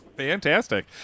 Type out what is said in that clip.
fantastic